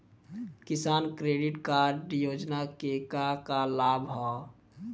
किसान credit card योजना के का का लाभ ह?